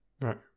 Right